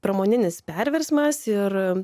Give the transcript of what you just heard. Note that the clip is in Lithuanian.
pramoninis perversmas ir